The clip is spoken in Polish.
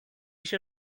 się